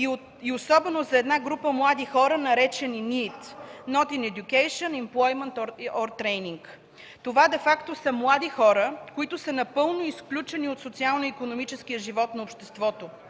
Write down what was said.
и особено за една група млади хора, наречени NEET – „Not in Education, Employment, or Training”. Това на практика са млади хора, които са напълно изключени от социално-икономическия живот на обществото.